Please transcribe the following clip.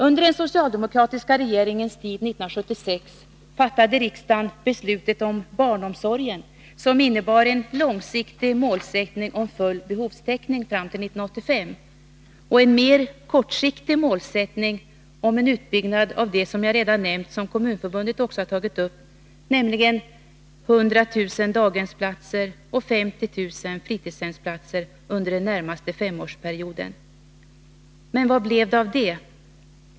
Under den socialdemokratiska regeringens tid 1976 fattade riksdagen beslut om barnomsorgen som innebar en långsiktig målsättning om full behovstäckning fram till 1985 och en mer kortsiktig målsättning om en utbyggnad av den som jag redan nämnde och som också Kommunförbundet har tagit upp, nämligen 100 000 daghemsplatser och 50 000 fritidshemsplatser under den närmaste femårsperioden. Men vad blev det av detta?